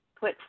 put